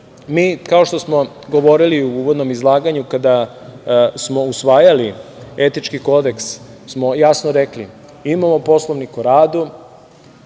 mi kao što smo govorili u uvodnom izlaganju kada smo usvajali etički Kodeks smo jasno rekli – imamo Poslovnik o radu